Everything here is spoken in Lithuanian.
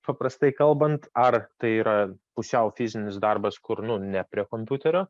paprastai kalbant ar tai yra pusiau fizinis darbas kur nu ne prie kompiuterio